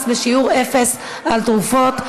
מס בשיעור אפס על תרופות),